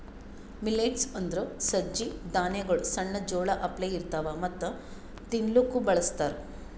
millets ಅಂದುರ್ ಸಜ್ಜಿ ಧಾನ್ಯಗೊಳ್ ಸಣ್ಣ ಜೋಳ ಅಪ್ಲೆ ಇರ್ತವಾ ಮತ್ತ ತಿನ್ಲೂಕ್ ಬಳಸ್ತಾರ್